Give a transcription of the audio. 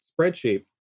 spreadsheet